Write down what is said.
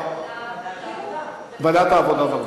ועדת העבודה.